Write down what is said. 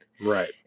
Right